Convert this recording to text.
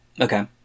okay